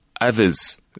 others